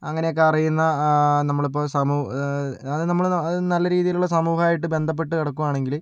അങ്ങനെ ഒക്കെ അറിയുന്ന നമ്മളിപ്പോൾ അതായത് നമ്മൾ നല്ല രീതിയിലുള്ള സമൂഹമായിട്ട് ബന്ധപ്പെട്ട് കിടക്കുകയാണെങ്കിൽ